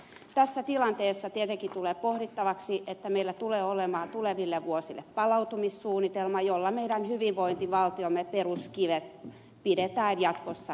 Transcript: tässä tilanteessa tietenkin tulee pohdittavaksi että meillä tulee olemaan tuleville vuosille palautumissuunnitelma jolla meidän hyvinvointivaltiomme peruskivet pidetään jatkossakin yllä